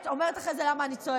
את אומרת אחרי זה למה אני צועקת.